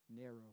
narrow